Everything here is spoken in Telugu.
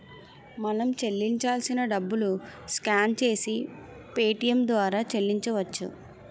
మనం చెల్లించాల్సిన డబ్బులు స్కాన్ చేసి పేటియం ద్వారా చెల్లించవచ్చు